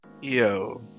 Yo